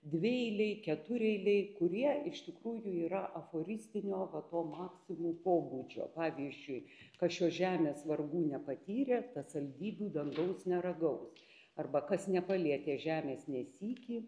dvieiliai ketureiliai kurie iš tikrųjų yra aforistinio va to maksimų pobūdžio pavyzdžiui kad šios žemės vargų nepatyrė tas saldybių dangaus neragaus arba kas nepalietė žemės nė sykį